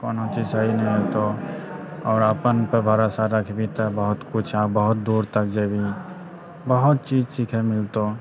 कोनोचीज सही नहि हेतौ आओर अपनपर भरोसा रखबिहि तऽ बहुत किछु आओर बहुत दूर तक जेबहि बहुत चीज सिखै मिलतौ